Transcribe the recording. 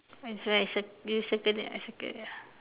and so I cir~ you circle it I circle already ah